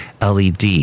LED